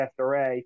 SRA